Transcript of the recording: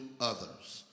others